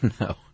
no